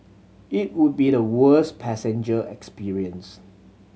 it would be the worst passenger experience